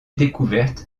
découverte